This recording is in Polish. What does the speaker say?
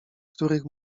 których